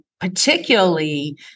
particularly